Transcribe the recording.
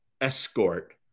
escort